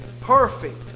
Perfect